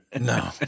No